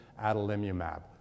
adalimumab